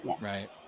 Right